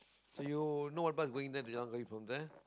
so you know what bus going there to Jalan-Kayu from there